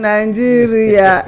Nigeria